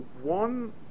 one